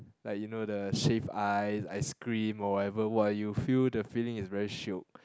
like you know the shave ice ice cream or whatever !wow! you feel the feeling is very shiok